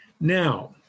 Now